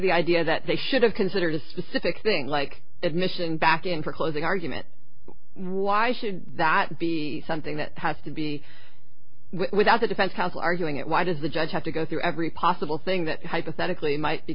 the idea that they should have considered a specific thing like that mission back in for a closing argument why should that be something that has to be without the defense counsel arguing it why does the judge have to go through every possible thing that hypothetically might be